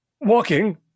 walking